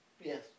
Yes